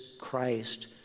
Christ